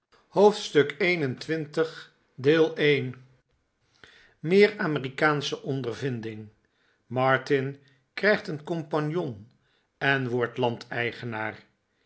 hoofdstuk xxi meer amerikaansche ondervinding martin krijgt een compagnon en wordt